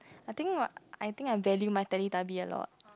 I think what I think I value my Teletubby a lot